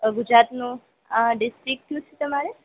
ગુજરાતનું ડીસ્ટ્રિક ક્યું છે તમારે